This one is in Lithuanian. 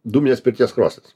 dūminės pirties krosnis